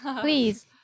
please